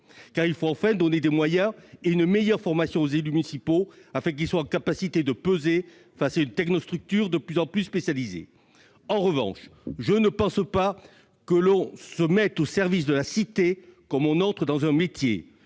Il faut également donner des moyens et une meilleure formation aux élus municipaux, afin qu'ils soient capables de peser face une technostructure de plus en plus spécialisée. En revanche, je ne pense pas que l'on se mette au service de la cité comme on entre dans un métier.